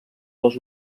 les